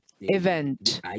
event